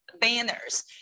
banners